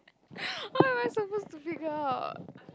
how am I suppose to pick out